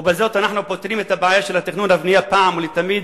ובזאת אנחנו פותרים את הבעיה של התכנון והבנייה פעם אחת ולתמיד,